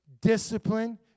discipline